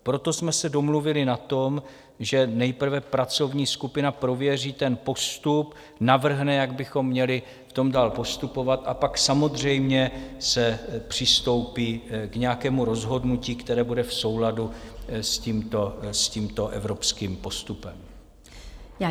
Proto jsme se domluvili na tom, že nejprve pracovní skupina prověří ten postup, navrhne, jak bychom měli v tom dál postupovat, pak samozřejmě se přistoupí k nějakému rozhodnutí, které bude v souladu s tímto evropským postupem.